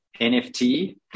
NFT